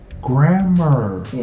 Grammar